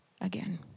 again